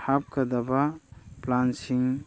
ꯍꯥꯞꯀꯗꯕ ꯄ꯭ꯂꯥꯟꯁꯤꯡ